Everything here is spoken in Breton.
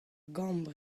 gambr